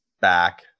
back